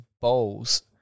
bowls